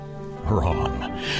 Wrong